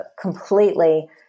completely